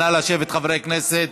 נא לשבת, חברי הכנסת.